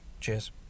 Cheers